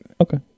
Okay